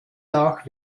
nach